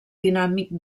dinàmic